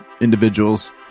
individuals